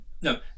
No